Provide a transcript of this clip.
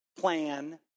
Plan